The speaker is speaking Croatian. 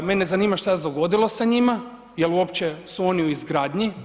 Mene zanima šta se dogodilo sa njima, jel uopće su oni u izgradnji?